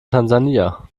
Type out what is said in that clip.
tansania